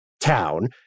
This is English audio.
town